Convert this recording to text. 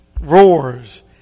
roars